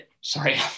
sorry